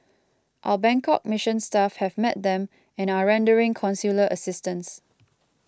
our Bangkok Mission staff have met them and are rendering consular assistance